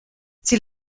sie